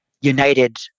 united